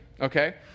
okay